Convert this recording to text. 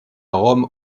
rome